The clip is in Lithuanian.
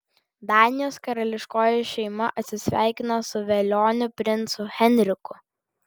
danijos karališkoji šeima atsisveikino su velioniu princu henriku